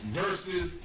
versus